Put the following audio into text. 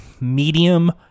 medium